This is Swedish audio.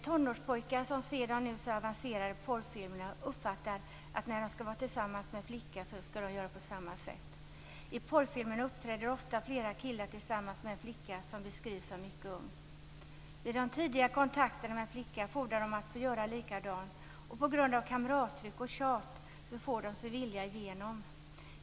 Tonårspojkar som ser de nu så avancerade porrfilmerna uppfattar att de skall göra på samma sätt när de skall vara tillsammans med en flicka. I porrfilmerna uppträder ofta flera killar tillsammans med en flicka som beskrivs som mycket ung. Vid de tidiga kontakterna med en flicka fordrar de att få göra likadant, och på grund av kamrattryck och tjat får de sin vilja igenom.